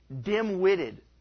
dim-witted